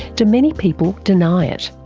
do many people deny it?